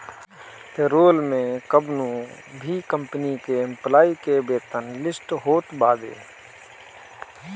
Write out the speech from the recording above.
payroll में कवनो भी कंपनी के एम्प्लाई के वेतन लिस्ट होत बावे